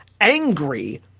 angry